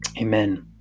Amen